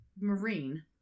marine